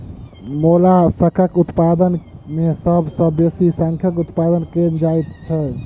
मोलास्कक उत्पादन मे सभ सॅ बेसी शंखक उत्पादन कएल जाइत छै